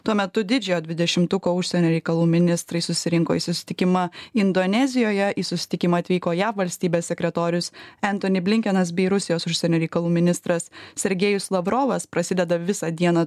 tuo metu didžiojo dvidešimtuko užsienio reikalų ministrai susirinko į susitikimą indonezijoje į susitikimą atvyko jav valstybės sekretorius entoni blinkenas bei rusijos užsienio reikalų ministras sergejus lavrovas prasideda visą dieną